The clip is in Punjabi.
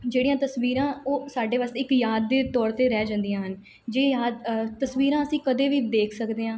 ਜਿਹੜੀਆਂ ਤਸਵੀਰਾਂ ਉਹ ਸਾਡੇ ਵਾਸਤੇ ਇੱਕ ਯਾਦ ਦੇ ਤੌਰ 'ਤੇ ਰਹਿ ਜਾਂਦੀਆਂ ਹਨ ਜੇ ਯਾਦ ਤਸਵੀਰਾਂ ਅਸੀਂ ਕਦੇ ਵੀ ਦੇਖ ਸਕਦੇ ਹਾਂ